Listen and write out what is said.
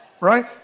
Right